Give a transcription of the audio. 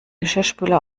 geschirrspüler